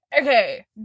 okay